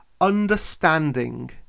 understanding